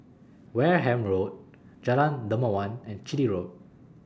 Wareham Road Jalan Dermawan and Chitty Road